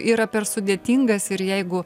yra per sudėtingas ir jeigu